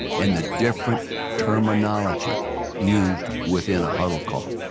and the different terminology used within a huddle call.